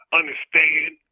understand